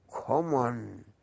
common